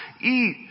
eat